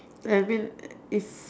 I mean if